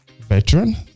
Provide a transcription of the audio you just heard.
veteran